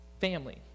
family